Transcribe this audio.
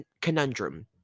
conundrum